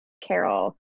Carol